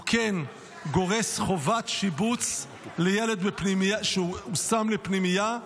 הוא כן גורס חובת שיבוץ לבית ספר לילד שהושם לפנימייה.